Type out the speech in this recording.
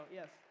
yes